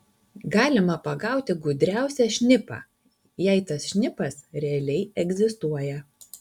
galima pagauti gudriausią šnipą jei tas šnipas realiai egzistuoja